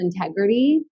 integrity